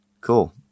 cool